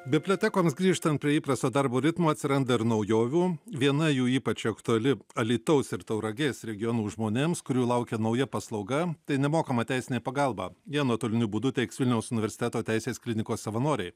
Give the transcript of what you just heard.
bibliotekoms grįžtant prie įprasto darbo ritmo atsiranda ir naujovių viena jų ypač aktuali alytaus ir tauragės regionų žmonėms kurių laukia nauja paslauga tai nemokama teisinė pagalba ją nuotoliniu būdu teiks vilniaus universiteto teisės klinikos savanoriai